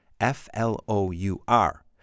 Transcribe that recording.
F-L-O-U-R